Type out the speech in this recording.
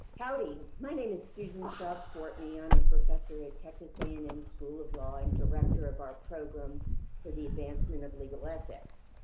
howdy. my name is susan saab fortney. i'm a professor at texas a and m school of law and director of our program for the advancement of legal ethics.